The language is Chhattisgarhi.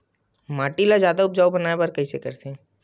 माटी ला जादा उपजाऊ बनाय बर कइसे करथे?